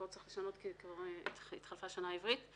פה צריך לשנות כי כבר התחלפה שנה עברית.